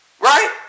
Right